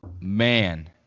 Man